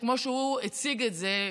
כמו שהוא הציג את זה,